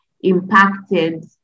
impacted